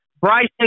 Bryson